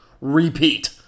repeat